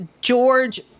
George